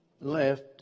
left